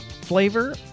flavor